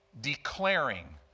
Declaring